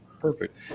perfect